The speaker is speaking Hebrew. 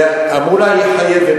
אמרו לה שהיא חייבת.